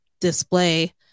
display